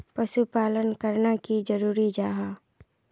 पशुपालन करना की जरूरी जाहा?